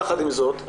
יחד עם זאת,